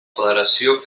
federació